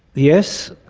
yes,